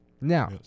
Now